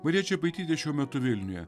marija čepaitytė šiuo metu vilniuje